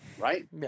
Right